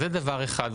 זה דבר אחד,